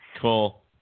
cool